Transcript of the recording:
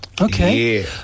okay